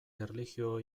erlijio